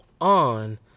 on